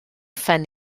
phen